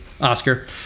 Oscar